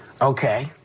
Okay